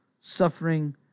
suffering